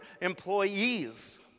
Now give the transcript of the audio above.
employees